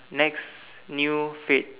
next new fad